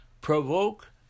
provoke